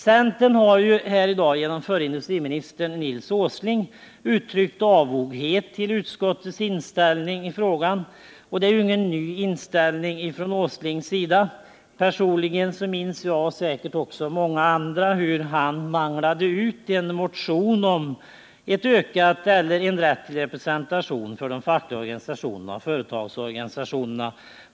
Centern har här i dag genom förre industriministern Nils Åsling uttryckt avoghet till utskottets inställning i frågan, och detta är ju inte någon ny inställning från Nils Åslings sida. Personligen minns jag hur han, när vi behandlade småföretagspropositionen här i riksdagen, manglade fram en motion om ökad eller bättre representation för de fackliga organisationerna och företagsorganisationerna.